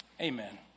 Amen